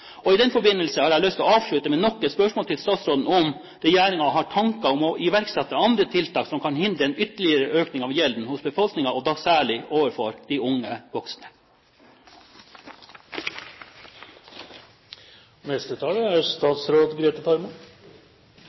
I den forbindelse har jeg lyst til å avslutte med nok et spørsmål til statsråden: Har regjeringen tanker om å iverksette andre tiltak som kan hindre en ytterligere økning av gjelden hos befolkningen, og da særlig overfor de unge voksne?